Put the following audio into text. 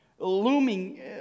Looming